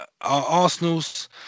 Arsenal's